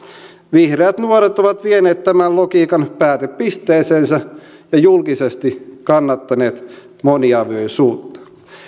vihreät nuoret ovat vieneet tämän logiikan päätepisteeseensä ja julkisesti kannattaneet moniavioisuutta